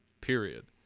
period